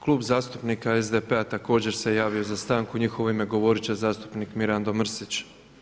Klub zastupnika SDP-a također se javio za stanku, u njihovo ime govoriti će zastupnik Mirando Mrsić.